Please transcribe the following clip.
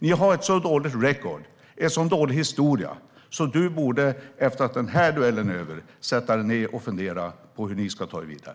Ni har ett så dåligt record, en så dålig historia, att du, Mattias Karlsson, efter att den här duellen är över, borde sätta dig ned och fundera på hur ni ska ta er vidare.